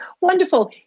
wonderful